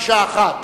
מקשה אחת.